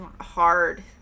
hard